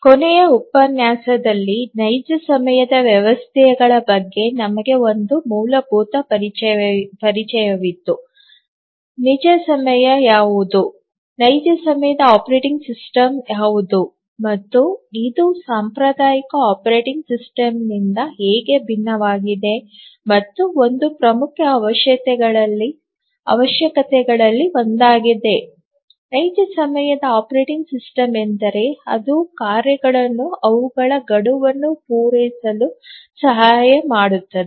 ಕೊನೆಯ ಉಪನ್ಯಾಸದಲ್ಲಿ ನೈಜ ಸಮಯದ ವ್ಯವಸ್ಥೆಗಳ ಬಗ್ಗೆ ನಮಗೆ ಒಂದು ಮೂಲಭೂತ ಪರಿಚಯವಿತ್ತು ನಿಜ ಸಮಯ ಯಾವುದು ನೈಜ ಸಮಯದ ಆಪರೇಟಿಂಗ್ ಸಿಸ್ಟಮ್ ಯಾವುದು ಮತ್ತು ಇದು ಸಾಂಪ್ರದಾಯಿಕ ಆಪರೇಟಿಂಗ್ ಸಿಸ್ಟಮ್ನಿಂದ ಹೇಗೆ ಭಿನ್ನವಾಗಿದೆ ಮತ್ತು ಒಂದು ಪ್ರಮುಖ ಅವಶ್ಯಕತೆಗಳಲ್ಲಿ ಒಂದಾಗಿದೆ ನೈಜ ಸಮಯದ ಆಪರೇಟಿಂಗ್ ಸಿಸ್ಟಮ್ ಎಂದರೆ ಅದು ಕಾರ್ಯಗಳನ್ನು ಅವುಗಳ ಗಡುವನ್ನು ಪೂರೈಸಲು ಸಹಾಯ ಮಾಡುತ್ತದೆ